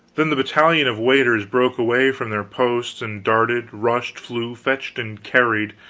then the battalion of waiters broke away from their posts, and darted, rushed, flew, fetched and carried,